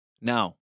Now